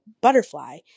butterfly